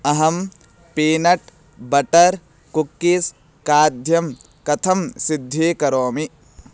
अहं peanut butter cookies खाद्यं कथं सिद्धीकरोमि